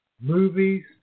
movies